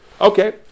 Okay